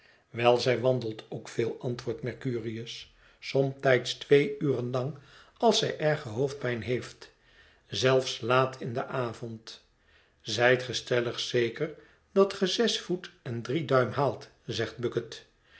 wel zij wandelt ook veel antwoordt mercurius somtijds twee uren lang als zij erge hoofdpijn heeft zelfs laat in den avond zijt ge stellig zeker dat ge zes voet en drie duim haalt zegt bucket